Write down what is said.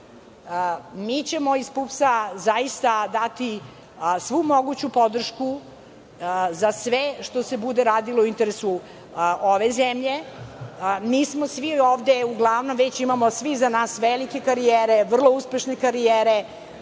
Mi ćemo iz PUPS-a zaista dati svu moguću podršku za sve što se bude radilo u interesu ove zemlje. Mi smo svi ovde uglavnom, već imamo svi za nas velike karijere, vrlo uspešne karijere,